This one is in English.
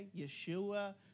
Yeshua